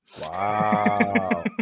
Wow